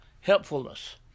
helpfulness